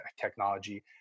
technology